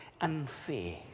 unfair